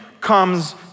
comes